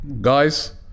guys